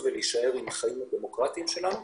ולהישאר עם החיים הדמוקרטיים שלנו.